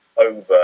Over